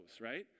right